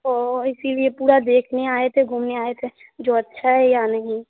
तो इसीलिए पूरा देखने आए थे घूमने आए थे जो अच्छा है या नहीं